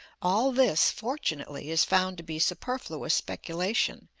all this, fortunately, is found to be superfluous speculation,